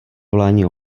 volání